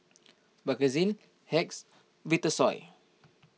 Bakerzin Hacks Vitasoy